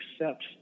accept